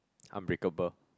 unbreakable